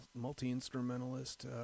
multi-instrumentalist